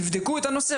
תבדקו את הנושא,